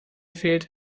fehlt